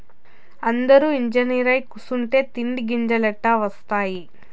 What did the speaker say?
అందురూ ఇంజనీరై కూసుంటే తిండి గింజలెట్టా ఒస్తాయి